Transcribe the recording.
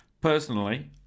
Personally